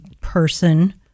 person